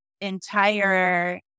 entire